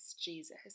Jesus